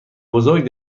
بزرگ